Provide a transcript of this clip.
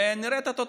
ונראה את התוצאות.